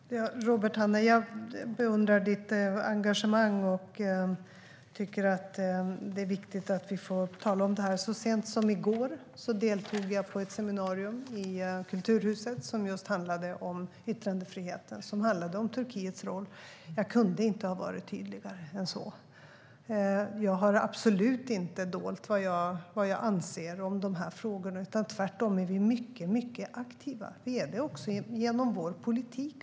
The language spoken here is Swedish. Fru talman! Robert Hannah, jag beundrar ditt engagemang och tycker att det är viktigt att vi får tala om det här. Så sent som i går deltog jag i ett seminarium i Kulturhuset som just handlade om yttrandefriheten och Turkiets roll. Jag kunde inte ha varit tydligare än så. Jag har absolut inte dolt vad vi anser om de här frågorna. Vi är tvärtom mycket aktiva. Vi är det också genom vår politik.